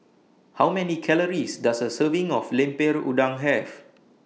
How Many Calories Does A Serving of Lemper Udang Have